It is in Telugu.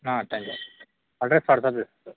ఆ తనదే అడ్రెస్ పెడుతుంది